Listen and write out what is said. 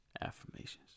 affirmations